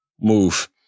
move